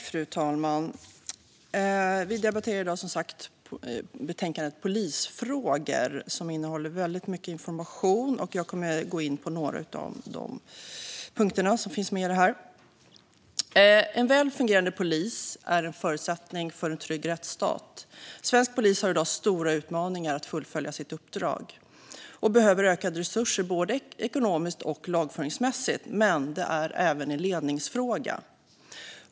Fru talman! Vi debatterar i dag som sagt betänkandet Polisfrågor , som innehåller väldigt mycket information. Jag kommer att gå in på några av de punkter som finns med. En väl fungerande polis är en förutsättning för en trygg rättsstat. Svensk polis har i dag stora utmaningar att fullfölja sitt uppdrag och behöver ökade resurser, både ekonomiskt och lagföringsmässigt. Men det är även en ledningsfråga.